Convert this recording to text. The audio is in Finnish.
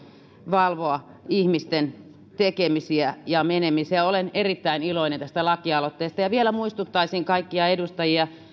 valvoa ihmisten tekemisiä ja menemisiä olen erittäin iloinen tästä lakialoitteesta vielä muistuttaisin kaikkia edustajia